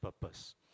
purpose